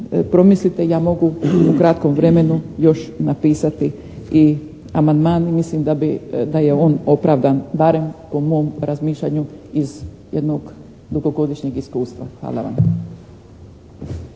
promislite, ja mogu u kratkom vremenu još napisati i amandman i mislim da je on opravdan barem po mom razmišljanju iz jednog dugogodišnjeg iskustva. Hvala vam.